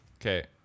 Okay